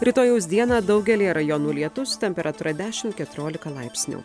rytojaus dieną daugelyje rajonų lietus temperatūra dešim keturiolika laipsnių